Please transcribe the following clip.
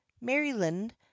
maryland